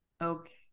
okay